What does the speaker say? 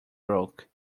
broke